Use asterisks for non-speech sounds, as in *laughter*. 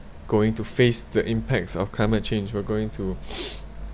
going to face the impacts of climate change we're going to *breath*